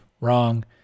wrong